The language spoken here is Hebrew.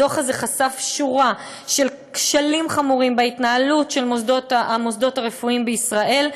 הדוח הזה חשף שורת כשלים חמורים בהתנהלות של המוסדות הרפואיים בישראל,